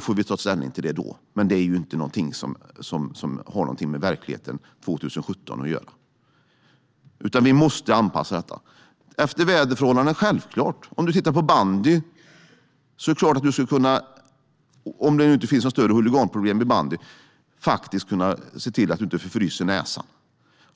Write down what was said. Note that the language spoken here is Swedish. får vi ta ställning till det då. Men det är inte någonting som har något med verkligheten 2017 att göra. Vi måste anpassa det hela. Vi måste självklart anpassa det till väderförhållanden. Om man ser på bandy, och om det inte finns några större huliganproblem med bandy, är det klart att man ska kunna se till att man inte förfryser näsan.